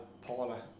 Paula